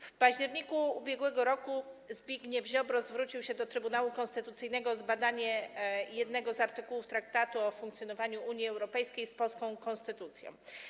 W październiku ub.r. Zbigniew Ziobro zwrócił się do Trybunału Konstytucyjnego o zbadanie zgodności jednego z artykułów Traktatu o funkcjonowaniu Unii Europejskiej z polską konstytucją.